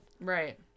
Right